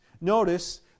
notice